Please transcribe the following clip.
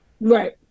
Right